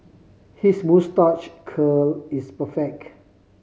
his moustache curl is perfect